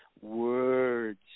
words